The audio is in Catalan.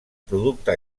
producte